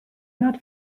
not